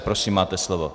Prosím, máte slovo.